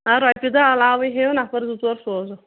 آ رۄپیہِ دۄہ علاوٕے ہیٚیِن نَفر زٕ ژور سوزُکھ